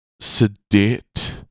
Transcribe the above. sedate